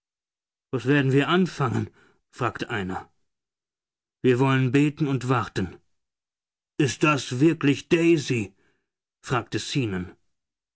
was werden wir anfangen fragte einer wir wollen beten und warten ist das wirklich daisy fragte zenon